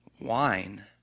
wine